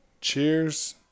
Cheers